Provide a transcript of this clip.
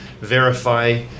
verify